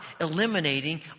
eliminating